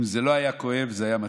אם זה לא היה כואב זה היה מצחיק.